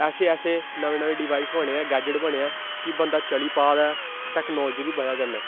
ऐसे ऐसे नमें नमें डिवाइस बने ऐं गैजट बने ऐं कि बंदा चली पा दा ऐ टैक्नालोजी दी ब'जा कन्नै